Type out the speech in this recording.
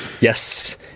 Yes